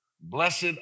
Blessed